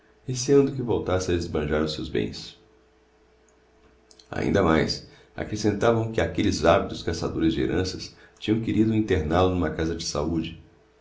judicial receando que voltasse a esbanjar os seus bens ainda mais accrescentavam que aquelles ávidos caçadores de heranças tinham querido internál o n'uma casa de saude